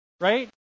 Right